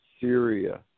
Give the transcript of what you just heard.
Syria